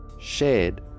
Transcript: Shared